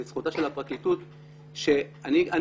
לזכותה של הפרקליטות אני יכול לומר שבעניין